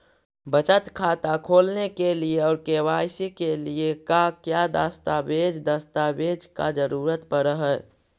बचत खाता खोलने के लिए और के.वाई.सी के लिए का क्या दस्तावेज़ दस्तावेज़ का जरूरत पड़ हैं?